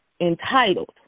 entitled